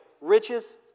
Riches